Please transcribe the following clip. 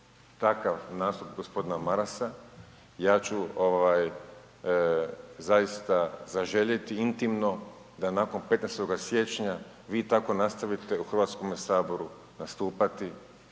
takav nastup g. Marasa, ja ću zaista zaželjeti intimno da nakon 15. siječnja vi tako nastavite u HS-u nastupati.